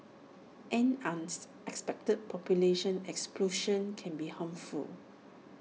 an expected population explosion can be harmful